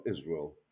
Israel